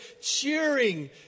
cheering